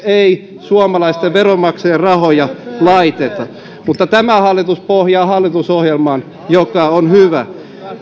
ei suomalaisten veronmaksajien rahoja laiteta mutta tämä hallitus pohjaa hallitusohjelmaan joka on hyvä